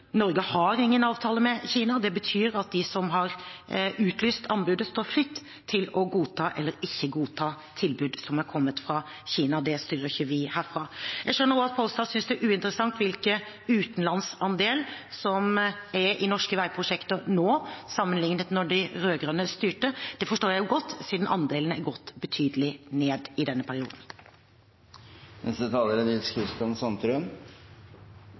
Norge har ingen avtaler med Kina, og det betyr at de som har utlyst anbudet, står fritt til å godta eller ikke godta tilbud som er kommet fra Kina. Det styrer ikke vi herfra. Jeg skjønner også at Pollestad synes det er uinteressant hvor stor utenlandsandelen er i norske veiprosjekter nå sammenlignet med da de rød-grønne styrte. Det forstår jeg godt siden andelen er gått betydelig ned i denne